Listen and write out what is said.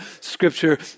scripture